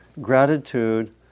gratitude